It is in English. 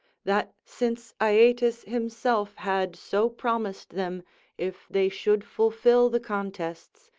that since aeetes himself had so promised them if they should fulfill the contests,